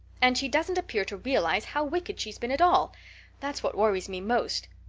and she doesn't appear to realize how wicked she's been at all that's what worries me most.